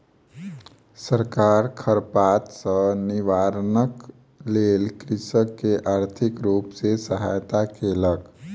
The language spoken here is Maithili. सरकार खरपात सॅ निवारणक लेल कृषक के आर्थिक रूप सॅ सहायता केलक